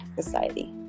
society